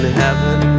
heaven